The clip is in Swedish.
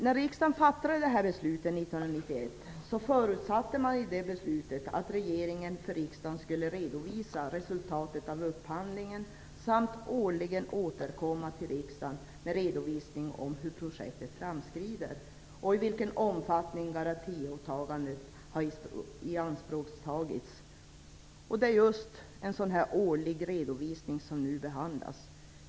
När riksdagen fattade detta beslut 1991 förutsatte man att regeringen för riksdagen skulle redovisa resultatet av upphandlingen samt årligen återkomma till riksdagen med redovisning av hur projektet framskrider och i vilken omfattning garantiåtagandet har ianspråktagits. Det är just en sådan årlig redovisning som nu behandlas.